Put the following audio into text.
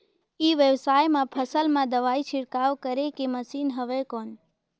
ई व्यवसाय म फसल मा दवाई छिड़काव करे के मशीन हवय कौन?